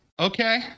Okay